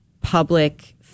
public